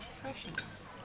precious